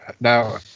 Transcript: now